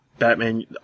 Batman